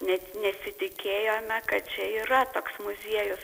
net nesitikėjome kad čia yra toks muziejus